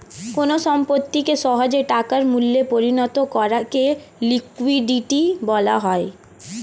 কোন সম্পত্তিকে সহজে টাকার মূল্যে পরিণত করাকে লিকুইডিটি বলা হয়